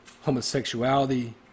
homosexuality